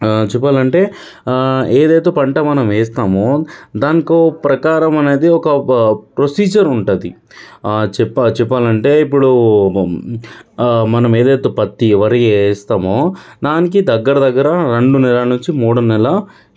ఆ చెప్పాలంటే ఏదైతే పంట మనం వేస్తామో దానికో ప్రకారం అనేది ఒక ప్రొసీజర్ ఉంటుంది ఆ చెప్పా చెప్పాలంటే ఇప్పుడు మనం ఏదైతే పత్తి వరి వేస్తామో దానికి దగ్గర దగ్గర రెండు నెల నుంచి మూడు నెల